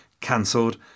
cancelled